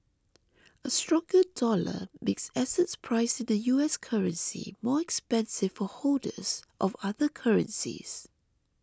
a stronger dollar makes assets priced in the U S currency more expensive for holders of other currencies